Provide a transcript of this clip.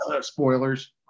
Spoilers